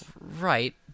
Right